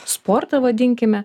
sportą vadinkime